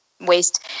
waste